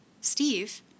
Steve